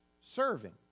serving